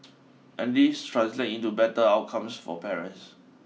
and this translate into better outcomes for parents